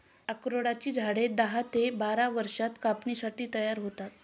अक्रोडाची झाडे दहा ते बारा वर्षांत कापणीसाठी तयार होतात